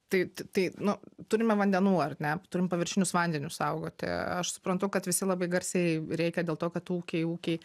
tai tai nu turime vandenų ar ne turim paviršinius vandenis saugoti aš suprantu kad visi labai garsiai rėkia dėl to kad ūkiai ūkiai